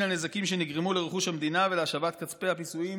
הנזקים שנגרמו לרכוש המדינה ולהשבת כספי הפיצויים